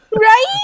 Right